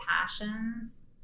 passions